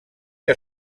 que